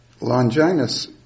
Longinus